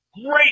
great